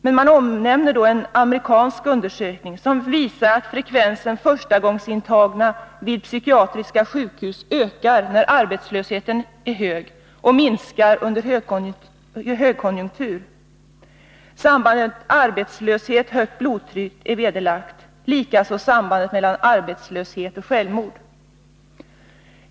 Men man omnämner en amerikansk undersökning, som visar att frekvensen förstagångsintagningar vid psykiatriska sjukhus ökar när arbetslösheten är hög och minskar under högkonjunktur. Sambandet arbetslöshet-högt blodtryck är belagt, likaså sambandet mellan arbetslöshet och självmord.